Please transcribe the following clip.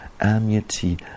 amity